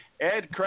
Ed